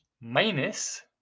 minus